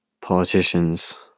politicians